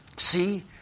See